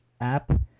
app